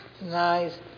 nice